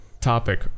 topic